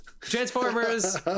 Transformers